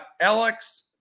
Alex